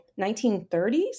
1930s